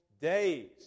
days